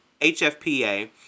HFPA